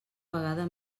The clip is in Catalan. vegada